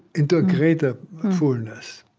into a greater fullness